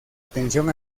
atención